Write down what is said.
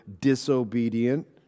disobedient